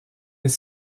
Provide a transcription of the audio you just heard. des